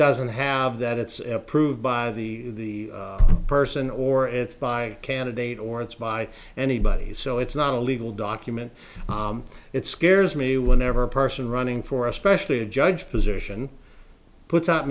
doesn't have that it's approved by the person or it's by candidate or it's by anybody so it's not a legal document it scares me whenever a person running for especially a judge position puts out